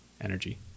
Energy